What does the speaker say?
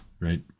right